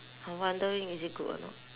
I'm wondering is it good or not